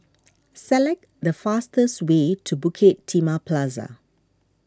select the fastest way to Bukit Timah Plaza